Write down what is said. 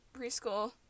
preschool